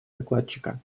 докладчика